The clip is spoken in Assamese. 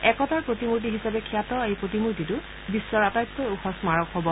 একতাৰ প্ৰতিমূৰ্তি হিচাপে খ্যাত এই প্ৰতিমূৰ্তিটো বিশ্বৰ আটাইতকৈ ওখ স্মাৰক হব